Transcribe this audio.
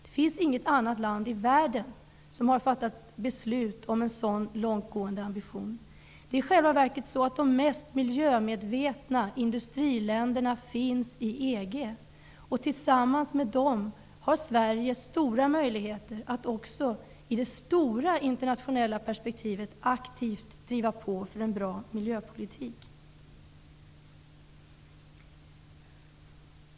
Det finns inget annat land i världen som har fattat beslut med en så långtgående ambition. Det är i själva verket så att de mest miljömedvetna industriländerna finns i EG. Tillsammans med dem har Sverige stora möjligheter att också i det stora internationella perspektivet aktivt driva på för en bra miljöpolitik.